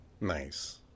Nice